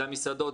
זה המסעדות,